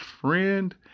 friend